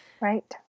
Right